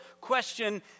question